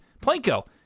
Planko